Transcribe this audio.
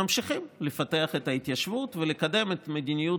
ממשיכים לפתח את ההתיישבות ולקדם את המדיניות